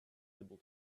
visible